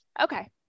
okay